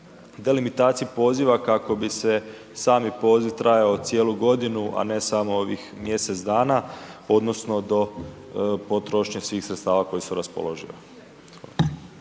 delimitaciji poziva kako bi se sami poziv trajao cijelu godinu, a ne samo ovih mjesec dana odnosno do potrošnje svih sredstava koja su raspoloživa.